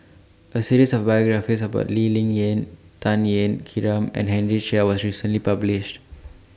A series of biographies about Lee Ling Yen Tan Ean Kiam and Henry Chia was recently published